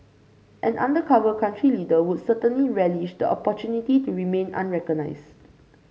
an undercover country leader would certainly relish the opportunity to remain unrecognised